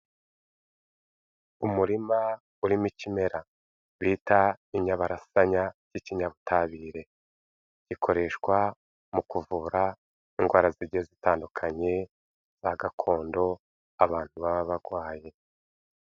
Umurima urimo ikimera bita inyabarasanya y'ikinyabutabire, ikoreshwa mu kuvura indwara zigiye zitandukanye za gakondo abantu baba barwaye.